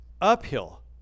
uphill